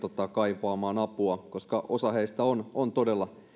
kaipaamaansa apua koska osa heistä on on todella